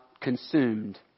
consumed